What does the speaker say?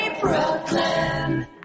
Brooklyn